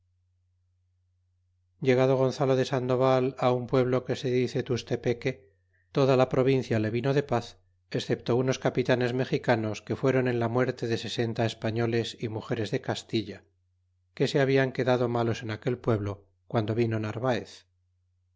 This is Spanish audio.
gonzalo de sandoval im pueblo que se dice tustepeque toda la provincia le vino de paz excepto unos capitanes mexicanos que ibero en la muerte de sesenta españoles y mugeres de castilla que se hablan quedado malos en aquel pueblo guando vino narvaez